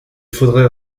faudrait